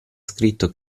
scritto